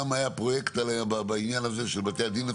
גם היה פרויקט עליהם בעניין הזה של בתי הדין,